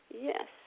Yes